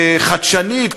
חדשנית,